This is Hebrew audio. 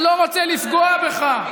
אני לא רוצה לפגוע בך,